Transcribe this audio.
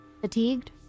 fatigued